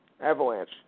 Avalanche